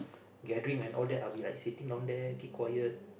gathering and all that I'll be like sitting down there keep quiet